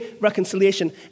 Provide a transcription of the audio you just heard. reconciliation